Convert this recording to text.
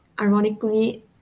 ironically